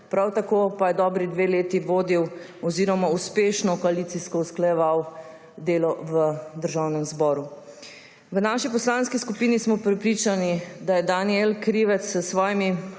Prav tako pa je dobri dve leti vodil oziroma uspešno koalicijsko usklajeval delo v Državnem zboru. V naši poslanski skupini smo prepričani, da je Danijel Krivec s svojimi